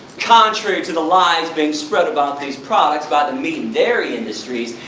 contrary to the lies being spread about these products by the meat and dairy industries.